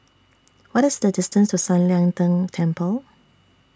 What IS The distance to San Lian Deng Temple